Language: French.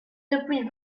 depuis